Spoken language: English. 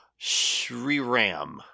Shriram